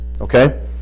okay